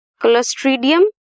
clostridium